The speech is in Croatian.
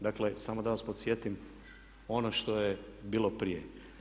Dakle, samo da vas podsjetim ono što je bilo prije.